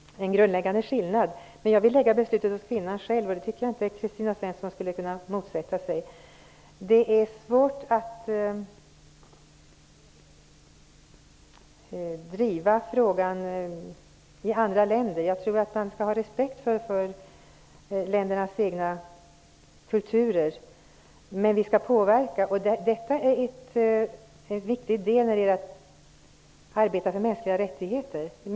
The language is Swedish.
Herr talman! Det är kanske är fråga om en grundläggande skillnad. Men jag vill lägga beslutet hos kvinnan själv, och det tycker jag att Kristina Svensson inte borde motsätta sig. Det är svårt att driva denna fråga i andra länder. Jag tycker att man skall ha respekt för ländernas egna kulturer. Vi kan dock påverka, och detta är en mycket viktig del när det gäller att arbeta för mänskliga rättigheter.